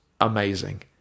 amazing